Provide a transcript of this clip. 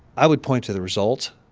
i would point to the result